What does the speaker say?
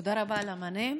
תודה רבה על המענה.